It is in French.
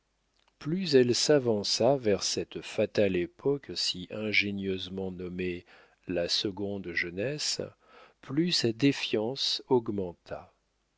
plus elle s'avança vers cette fatale époque si ingénieusement nommée la seconde jeunesse plus sa défiance